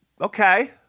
okay